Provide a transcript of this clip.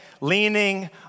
leaning